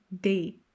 day